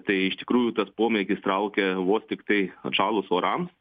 tai iš tikrųjų tas pomėgis traukia vos tiktai atšalus orams